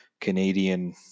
Canadian